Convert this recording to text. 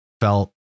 felt